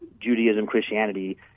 Judaism-Christianity